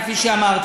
כפי שאמרתי,